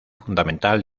fundamental